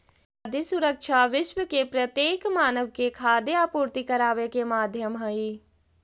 खाद्य सुरक्षा विश्व के प्रत्येक मानव के खाद्य आपूर्ति कराबे के माध्यम हई